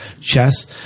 Chess